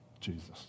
Jesus